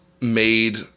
made